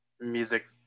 music